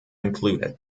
included